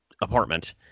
apartment